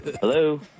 Hello